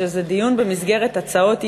שזה דיון במסגרת הצעות אי-אמון,